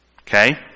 Okay